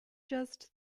just